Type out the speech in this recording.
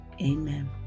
amen